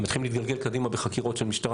מתחילים להתגלגל קדימה בחקירות של משטרה